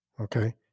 okay